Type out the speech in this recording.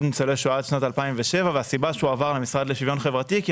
לניצולי שואה עד שנת 2007 והסיבה שהוא עבר למשרד לשוויון חברתי הייתה כי